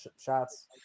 shots